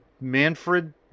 Manfred